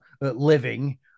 living